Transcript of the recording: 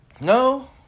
No